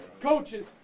Coaches